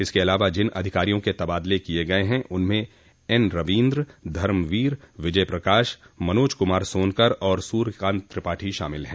इसके अलावा जिन अधिकारियों के तबादले किए गये हैं उनमें एन रवीन्द्र धर्मवीर विजय प्रकाश मनोज कुमार सोनकर और सूर्य कान्त त्रिपाठी शामिल हैं